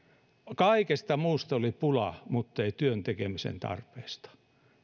kaikesta muusta oli pulaa muttei työn tekemisen tarpeesta